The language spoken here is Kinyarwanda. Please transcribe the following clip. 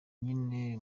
nyene